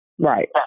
Right